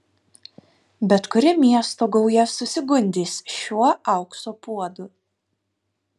bet kuri miesto gauja susigundys šiuo aukso puodu